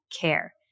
care